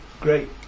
great